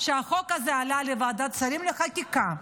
כשהחוק הזה עלה לוועדת שרים לחקיקה,